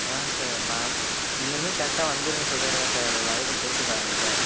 அதான் சார் நன் இனிமேல் கரெக்டாக வந்துருவேன் சொல்லுறேன்ல சார் ஒரு வாய்ப்பு கொடுத்துப் பாருங்கள் சார்